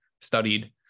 studied